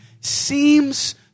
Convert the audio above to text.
seems